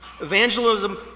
Evangelism